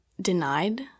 denied